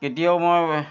কেতিয়াও মই